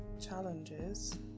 challenges